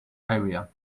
area